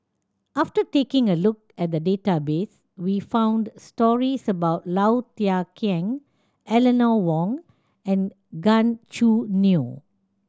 after taking a look at the database we found stories about Low Thia Khiang Eleanor Wong and Gan Choo Neo